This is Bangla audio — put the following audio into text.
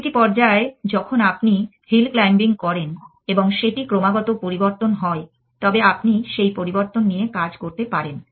প্রতিটি পর্যায় যখন আপনি হিল ক্লাইম্বিং করেন এবং সেটি ক্রমাগত পরিবর্তন হয় তবে আপনি সেই পরিবর্তন নিয়ে কাজ করতে পারবেন